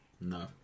No